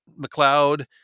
McLeod